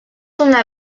una